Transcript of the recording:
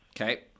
Okay